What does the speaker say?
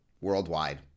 worldwide